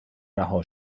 رها